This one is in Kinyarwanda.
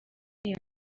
iyo